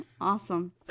Awesome